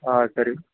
ಹಾಂ ಸರಿ